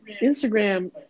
instagram